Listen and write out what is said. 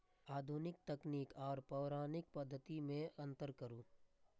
आधुनिक तकनीक आर पौराणिक पद्धति में अंतर करू?